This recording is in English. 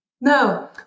No